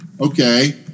Okay